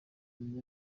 w’ikipe